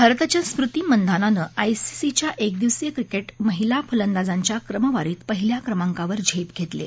भारताच्या स्मृति मंधानानं आयसीसीच्या एकदिवसीय क्रिकेट महिला फलंदाजांच्या क्रमवारीत पहिल्या क्रमांकावर झेप घेतली आहे